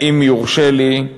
אם יורשה לי,